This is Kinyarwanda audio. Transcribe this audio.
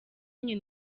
nyina